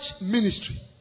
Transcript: ministry